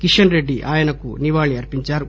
కిషన్ రెడ్డి ఆయనకు ఘననివాళి అర్పించారు